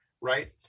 right